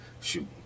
shoot